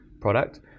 product